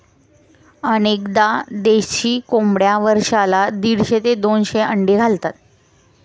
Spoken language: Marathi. अनेकदा देशी कोंबड्या वर्षाला दीडशे ते दोनशे अंडी घालतात